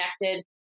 connected